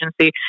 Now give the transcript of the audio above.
agency